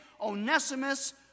Onesimus